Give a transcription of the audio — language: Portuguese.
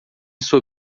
sua